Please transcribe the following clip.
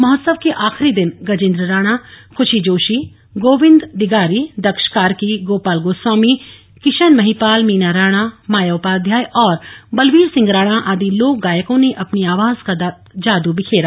महोत्सव के आखिरी दिन गजेन्द्र राणा खुशी जोशी गोविन्द दिगारी दक्ष कार्की गोपाल गोस्वामी किर्शन महिपाल मीना राणा माया उपाध्याय और बलबीर सिंह राणा आदि लोक गायकों ने अपनी आवाज का जाद् बिखेरा